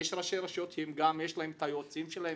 יש ראשי רשויות שגם יש להם את היועצים שלהם,